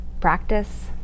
practice